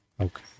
Okay